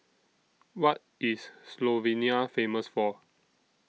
What IS Slovenia Famous For